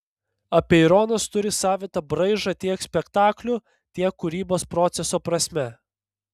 apeironas turi savitą braižą tiek spektaklių tiek kūrybos proceso prasme